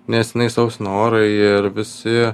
nes inai sausina orą ir visi